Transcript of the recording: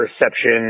perception